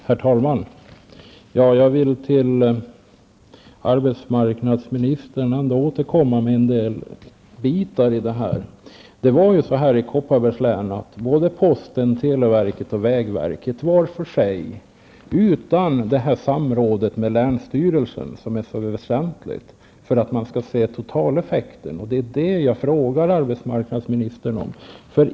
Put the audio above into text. Herr talman! Jag vill återkomma med en del frågor till arbetsmarknadsministern. I Kopparberg har posten, televerket och vägverket handlat var för sig utan det samråd med länsstyrelsen som är så väsentligt för att man skall kunna se totaleffekten. Det är detta jag frågar arbetsmarknadsministern om.